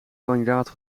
kandidaat